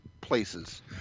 places